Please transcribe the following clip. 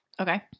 Okay